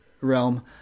realm